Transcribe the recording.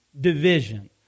division